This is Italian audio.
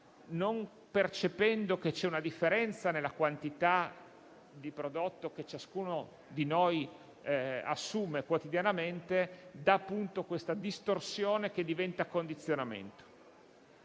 non percependo che c'è una differenza nella quantità di prodotto che ciascuno di noi assume quotidianamente, genera, appunto, una distorsione che diventa condizionamento.